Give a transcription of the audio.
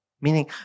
Meaning